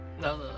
no